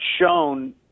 shown